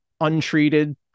untreated